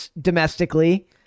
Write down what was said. domestically